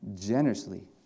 generously